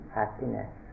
happiness